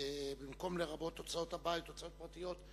במקום "לרבות הוצאות הבית" "הוצאות פרטיות"?